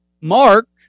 mark